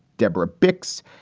deborah byxe,